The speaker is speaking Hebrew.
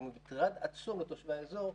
שהוא מטרד עצום לתושבי האזור,